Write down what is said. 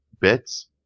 bits